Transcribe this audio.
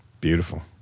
Beautiful